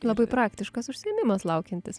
labai praktiškas užsiėmimas laukiantis